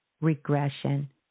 regression